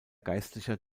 geistlicher